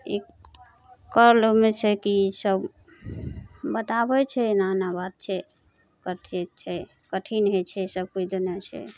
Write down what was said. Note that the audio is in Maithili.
ई करलोमे छै कि ईसब बताबै छै एना एना बात छै कठे छै कठिन होइ छै सभकोइ देने छै